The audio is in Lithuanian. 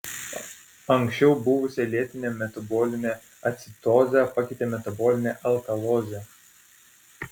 anksčiau buvusią lėtinę metabolinę acidozę pakeitė metabolinė alkalozė